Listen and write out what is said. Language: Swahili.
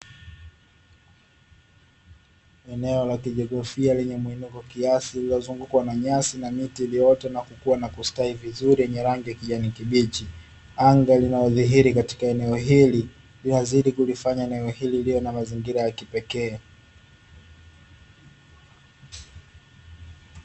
Eneo la kijiografia lenye mwinuko kiasi, lililozungukwa na nyasi na miti iliyoota na kukua na kustawi vizuri, yenye rangi ya kijani kibichi, anga linalodhihili katika eneo hili, linazidi kulifanya eneo hili liwe na mazingira ya kipekee.